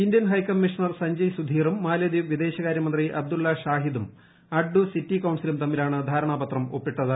Indian high commissioner Sanjay സുധീറും മാലെദ്വീപ് വിദേശകാര്യ മന്ത്രി അബ്ദുള്ള ഷാഹിദും അഡ്ഡു സിറ്റി കൌൺസിലും തമ്മിലാണ് ധാരണാപത്രം ഒപ്പിട്ടത്